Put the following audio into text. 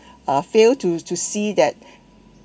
uh fail to to see that